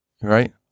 Right